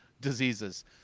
diseases